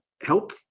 help